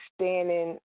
standing